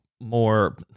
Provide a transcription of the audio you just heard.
more